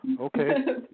Okay